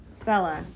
Stella